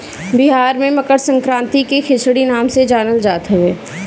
बिहार में मकरसंक्रांति के खिचड़ी नाम से जानल जात हवे